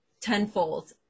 tenfold